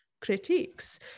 critiques